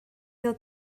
ddod